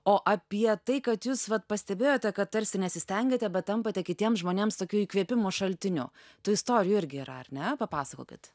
o apie tai kad jūs vat pastebėjote kad tarsi nesistengiate bet tampate kitiems žmonėms tokiu įkvėpimo šaltiniu tų istorijų irgi yra ar ne papasakokit